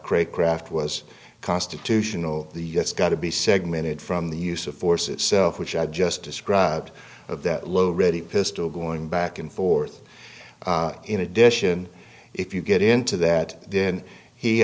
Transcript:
craig craft was constitutional the u s got to be segmented from the use of force itself which i've just described of that low ready pistol going back and forth in addition if you get into that then he